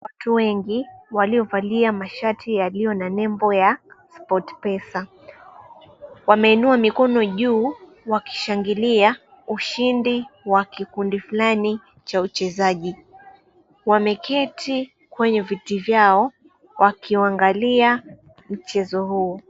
Watu wengi waliovalia mashati yaliyo na nembo ya Sportpesa. Wameinua mikono juu wakishangilia ushindi wa kikundi fulani cha uchezaji. Wameketi kwenye viti vyao wakiuangalia mchezo huo.